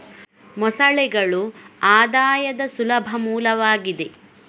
ಮೊಸಳೆಗಳು ಆದಾಯದ ಸುಲಭ ಮೂಲವಾಗಿದೆ